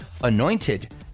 anointed